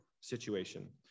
situation